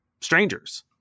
strangers